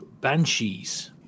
banshees